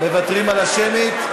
מוותרים על השמית?